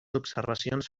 observacions